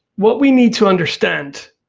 what we need to understand